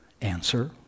answer